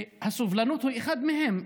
והסובלנות הוא אחד מהם.